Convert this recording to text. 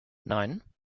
nein